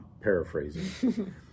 paraphrasing